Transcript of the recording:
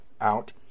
out